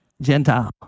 Gentile